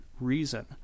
reason